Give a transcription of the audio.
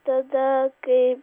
tada kai